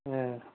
ஆ